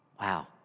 Wow